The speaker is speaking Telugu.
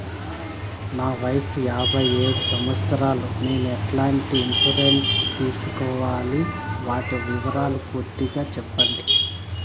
నా వయస్సు యాభై ఏడు సంవత్సరాలు నేను ఎట్లాంటి ఇన్సూరెన్సు సేసుకోవాలి? వాటి వివరాలు పూర్తి గా సెప్పండి?